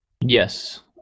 Yes